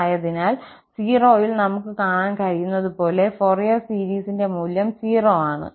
അതിനാൽ 0 ൽ നമുക്ക് കാണാൻ കഴിയുന്നതുപോലെ ഫോറിയർ സീരീസിന്റെ മൂല്യം 0 ആണ്